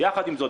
יחד עם זאת,